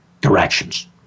directions